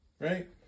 right